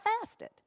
fasted